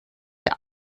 der